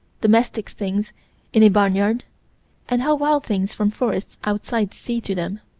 domestic things in a barnyard and how wild things from forests outside seem to them.